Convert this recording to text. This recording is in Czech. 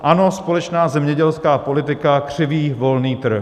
Ano, společná zemědělská politika křiví volný trh.